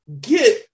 get